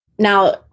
Now